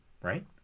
right